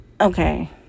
Okay